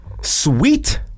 Sweet